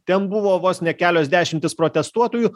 ten buvo vos ne kelios dešimtys protestuotojų